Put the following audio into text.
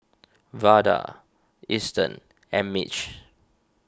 Vada Eston and Mitch